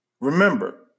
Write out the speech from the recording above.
Remember